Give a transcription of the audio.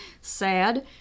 SAD